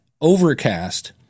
Overcast